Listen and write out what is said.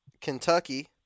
Kentucky